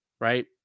right